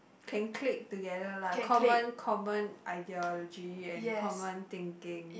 can click together lah common common ideology and common thinking